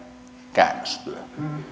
käännöstyö